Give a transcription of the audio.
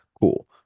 Cool